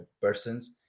persons